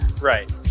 Right